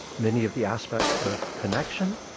many of the aspects of connection,